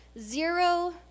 zero